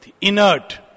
Inert